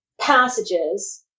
passages